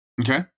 Okay